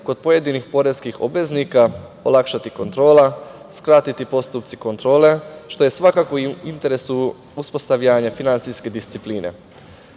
kod pojedinih poreskih obveznika, olakšati kontrola, skratiti postupci kontrole, što je svakako u interesu uspostavljanja finansijske discipline.S